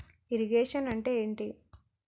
Irrigation అంటే ఏంటీ?